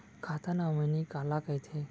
खाता नॉमिनी काला कइथे?